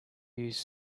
use